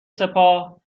سپاه